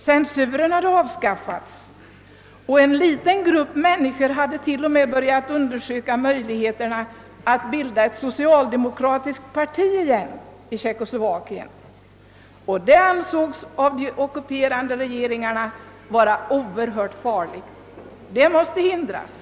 Censuren hade avskaffats och en liten grupp människor hade till och med börjat undersöka möjligheterna att bilda ett socialdemokratiskt parti igen i Tjeckoslovakien. Detta ansågs av de ockuperande ländernas regeringar vara oerhört farligt och måste förhindras.